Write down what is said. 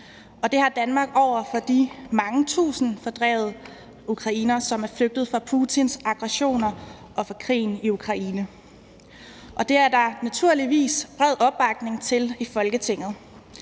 det har Danmark over for de mange tusind fordrevne ukrainere, som er flygtet fra Putins aggressioner og fra krigen i Ukraine. Det er der naturligvis bred opbakning til i Folketinget.